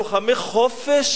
לוחמי חופש